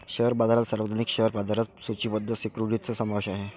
share बाजारात सार्वजनिक share बाजारात सूचीबद्ध सिक्युरिटीजचा समावेश आहे